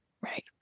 Right